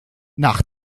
nach